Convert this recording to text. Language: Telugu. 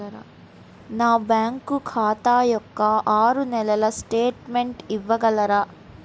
నా బ్యాంకు ఖాతా యొక్క ఆరు నెలల స్టేట్మెంట్ ఇవ్వగలరా?